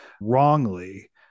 wrongly